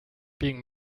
being